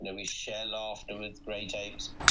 and we share laughter with great apes,